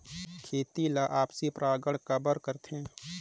खेती ला आपसी परागण काबर करथे?